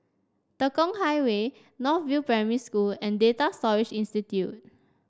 Tekong Highway North View Primary School and Data Storage Institute